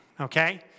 okay